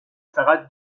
فقط